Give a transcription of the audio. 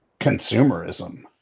consumerism